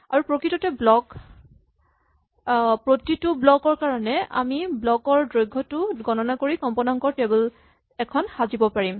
আৰু প্ৰতিটো ব্লক ৰ কাৰণে আমি ব্লক ৰ দৈৰ্ঘ্যটো গণনা কৰি কম্পনাংকৰ টেবুল এখন সাজিব পাৰিম